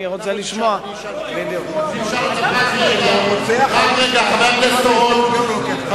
אני רוצה לשמוע את חבר הכנסת דנון.